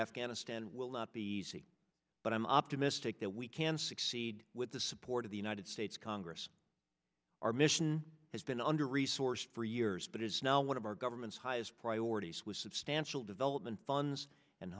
afghanistan will not be easy but i'm optimistic that we can succeed with the support of the united states congress our mission has been under resourced for years but is now one of our government's highest priorities was substantial development funds and